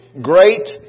great